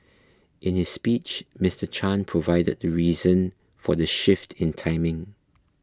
in his speech Mister Chan provided the reason for the shift in timing